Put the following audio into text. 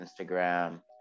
Instagram